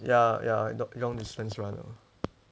ya ya long long distance runner